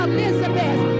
Elizabeth